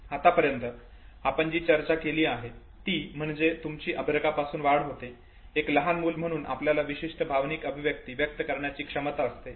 आतापर्यंत आपण जी चर्चा केली आहे ती म्हणजे तुमची अर्भकापासून वाढ होते एक लहान मूल म्हणून आपल्याला विशिष्ट भावनिक अभिव्यक्ती व्यक्त करण्याची क्षमता असते